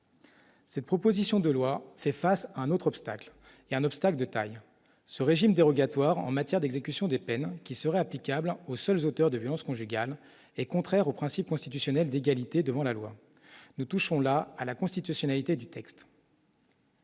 Cette proposition de loi fait face à un autre obstacle est un obstacle de taille, ce régime dérogatoire en matière d'exécution des peines qui serait applicable aux seuls auteurs de violences conjugales est contraire au principe constitutionnel d'égalité devant la loi, nous touchons là à la constitutionnalité du texte.